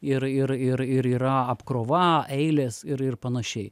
ir ir ir ir yra apkrova eilės ir ir panašiai